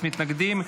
מתנגדים.